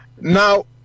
Now